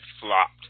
flopped